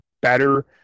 better